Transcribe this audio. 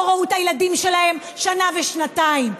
לא ראו את הילדים שלהן שנה ושנתיים.